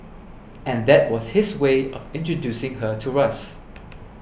and that was his way of introducing her to us